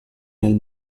nel